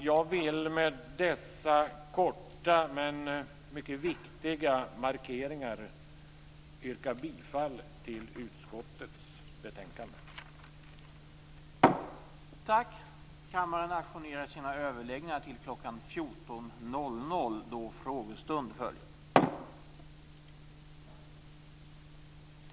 Jag vill med dessa korta men mycket viktiga markeringar yrka bifall till hemställan i utskottets betänkande.